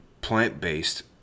plant-based